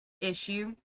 issue